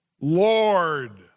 Lord